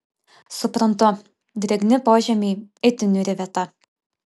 suprantu drėgni požemiai itin niūri vieta